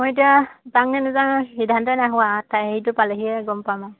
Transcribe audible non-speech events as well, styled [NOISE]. মই এতিয়া যামনে নাজাম সিদ্ধান্ত [UNINTELLIGIBLE] হেইটো পালেহে গম পাম